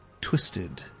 twisted